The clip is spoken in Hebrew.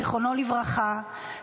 זכרונו לברכה,